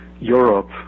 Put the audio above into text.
Europe